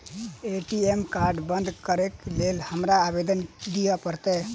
ATM card बंद करैक लेल हमरा आवेदन दिय पड़त?